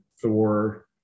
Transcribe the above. Thor